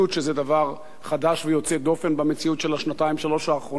שזה דבר חדש ויוצא דופן במציאות של השנתיים-שלוש האחרונות.